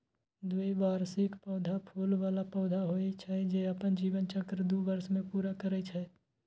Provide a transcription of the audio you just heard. द्विवार्षिक पौधा फूल बला पौधा होइ छै, जे अपन जीवन चक्र दू वर्ष मे पूरा करै छै